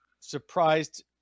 surprised